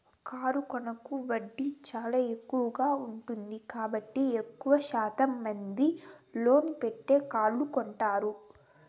car లోన్లకు వడ్డీ చానా తక్కువగా ఉంటుంది కాబట్టి ఎక్కువ శాతం మంది లోన్ పెట్టే కార్లు కొంటారు